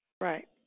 Right